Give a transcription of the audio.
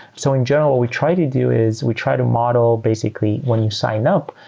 so in general, what we try to do is we try to model basically when you sign-up,